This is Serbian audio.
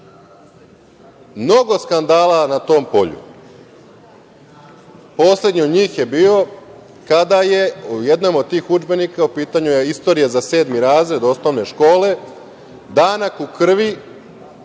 mnogo skandala na tom polju. Poslednji od njih je bio kada je u jednom od tih udžbenika, u pitanju je Istorija za sedmi razred osnovne škole, „Danak u krvi“,